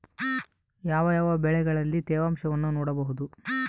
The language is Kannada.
ಯಾವ ಯಾವ ಬೆಳೆಗಳಲ್ಲಿ ತೇವಾಂಶವನ್ನು ನೋಡಬಹುದು?